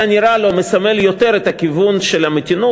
נראה לו מסמל יותר את הכיוון של המתינות.